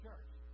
Church